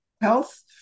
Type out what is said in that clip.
Health